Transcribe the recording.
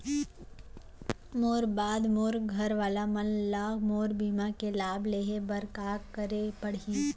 मोर बाद मोर घर वाला मन ला मोर बीमा के लाभ लेहे बर का करे पड़ही?